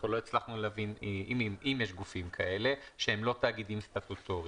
אנחנו לא הצלחנו להבין אם יש גופים כאלה שהם לא תאגידים סטטוטוריים.